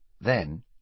then